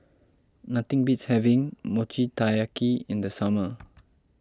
nothing beats having Mochi Taiyaki in the summer